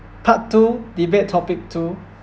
part two debate topic two